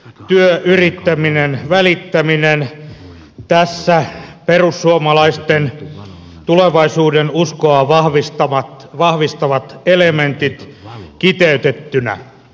työ yrittäminen välittäminen tässä perussuomalaisten tulevaisuudenuskoa vahvistavat elementit kiteytettynä